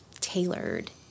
tailored